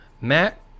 Matt